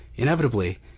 Inevitably